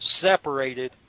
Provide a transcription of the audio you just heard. separated